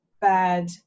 bad